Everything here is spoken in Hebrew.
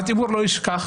הציבור לא ישכח,